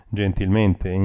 gentilmente